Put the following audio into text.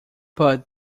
but